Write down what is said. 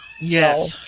Yes